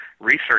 research